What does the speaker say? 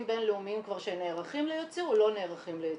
בין-לאומיים כבר שנערכים לייצוא או לא נערכים לייצוא.